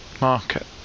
market